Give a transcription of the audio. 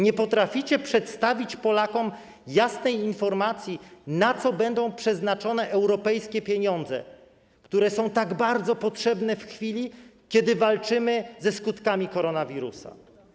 Nie potraficie przedstawić Polakom jasnej informacji, na co będą przeznaczone pieniądze europejskie, które są tak bardzo potrzebne w chwili, kiedy walczymy ze skutkami koronawirusa.